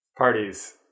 Parties